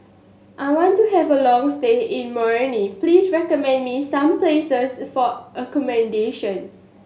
I want to have a long stay in Moroni please recommend me some places for accommodation